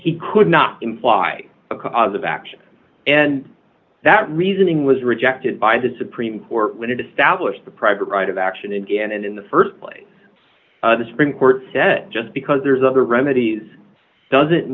he could not imply a cause of action and that reasoning was rejected by the supreme court when it established the private right of action again and in the st place the supreme court said just because there's other remedies doesn't